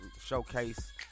showcase